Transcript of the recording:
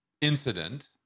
incident